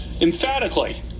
Emphatically